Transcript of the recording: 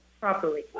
properly